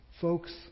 folks